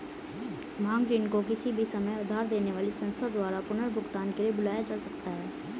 मांग ऋण को किसी भी समय उधार देने वाली संस्था द्वारा पुनर्भुगतान के लिए बुलाया जा सकता है